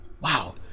Wow